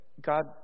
God